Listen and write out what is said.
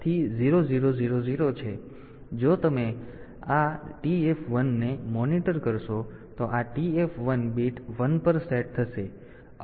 તેથી જો તમે આ TF1 ને મોનિટર કરશો તો આ TF1 બીટ 1 પર સેટ થશે